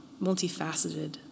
multifaceted